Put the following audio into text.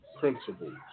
Principles